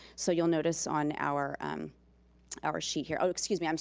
so you'll notice on our our sheet here, oh, excuse me, um